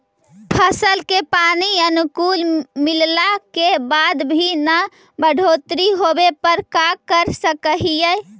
फसल के पानी अनुकुल मिलला के बाद भी न बढ़ोतरी होवे पर का कर सक हिय?